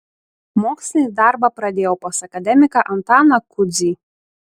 mokslinį darbą pradėjau pas akademiką antaną kudzį